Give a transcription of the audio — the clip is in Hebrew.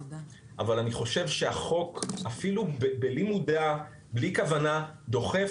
אבל אני חושב שהחוק בלי מודע ובלי כוונה דוחף